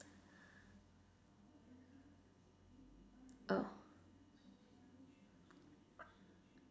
oh